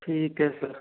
ठीक है सर